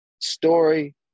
story